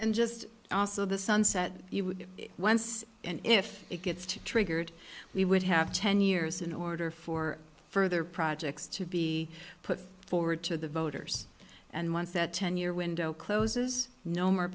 and just also the sunset you would get it once and if it gets too triggered we would have ten years in order for further projects to be put forward to the voters and once that ten year window closes no more